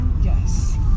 yes